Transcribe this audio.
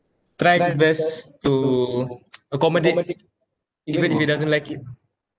try his best to accommodate even if he doesn't like it